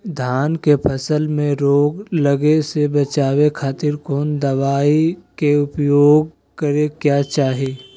धान के फसल मैं रोग लगे से बचावे खातिर कौन दवाई के उपयोग करें क्या चाहि?